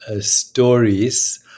stories